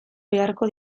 beharko